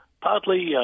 partly